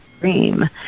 dream